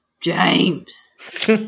James